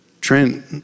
Trent